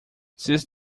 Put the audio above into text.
since